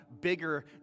bigger